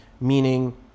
meaning